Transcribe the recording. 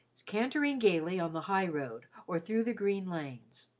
cantering gayly on the highroad or through the green lanes.